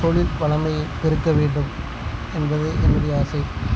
தொழில் வளமையை பொறுக்க வேண்டும் என்பது என்னுடைய ஆசை